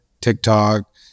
TikTok